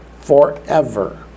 forever